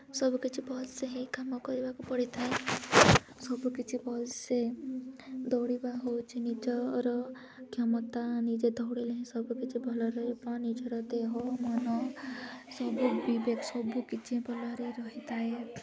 ସବୁକିଛି ଭଲସେ ହୋଇ କାମ କରିବାକୁ ପଡ଼ିଥାଏ ସବୁକିଛି ଭଲସେ ଦୌଡ଼ିବା ହେଉଛି ନିଜର କ୍ଷମତା ନିଜେ ଦୌଡ଼ିଲେ ହିଁ ସବୁକିଛି ଭଲ ରହିବା ନିଜର ଦେହ ମନ ସବୁ ବିବେକ ସବୁକିଛି ଭଲରେ ରହିଥାଏ